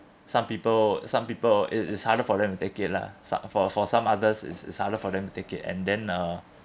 some people some people it is harder for them to take it lah so~ for for some others is is harder for them to take it and then uh